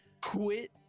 quit